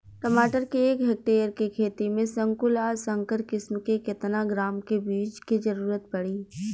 टमाटर के एक हेक्टेयर के खेती में संकुल आ संकर किश्म के केतना ग्राम के बीज के जरूरत पड़ी?